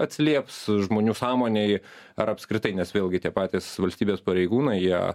atsilieps žmonių sąmonėj ar apskritai nes vėlgi tie patys valstybės pareigūnai jie